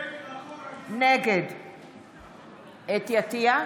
נגד חוה אתי עטייה,